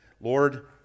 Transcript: Lord